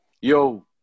Yo